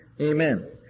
Amen